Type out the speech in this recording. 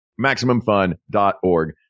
MaximumFun.org